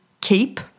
keep